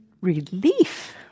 relief